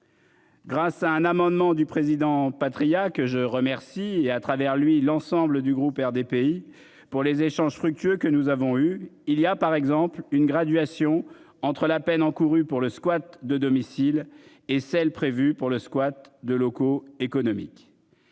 Grâce à un amendement du président Patriat que je remercie et à travers lui l'ensemble du groupe RDPI pour les échanges fructueux que nous avons eu il y a par exemple une graduation entre la peine encourue pour le squat de domicile et celle prévue pour le squat de locaux économique.